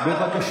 תתבייש.